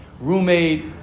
roommate